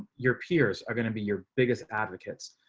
your peers are going to be your biggest advocates.